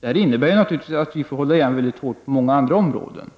Det innebär naturligtvis att vi får hålla igen mycket hårt på många andra områden.